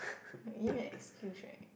you need an excuse right